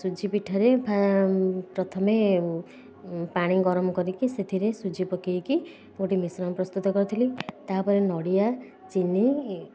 ସୁଜି ପିଠାରେ ପ୍ରଥମେ ପାଣି ଗରମ କରିକି ସେଥିରେ ସୁଜି ପକେଇକି ଗୋଟେ ମିଶ୍ରଣ ପ୍ରସ୍ତୁତ କରିଥିଲି ତା'ପରେ ନଡ଼ିଆ ଚିନି